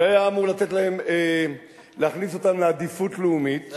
שהיה אמור לתת להכניס אותם לעדיפות לאומית,